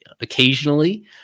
occasionally